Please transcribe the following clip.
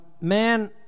Man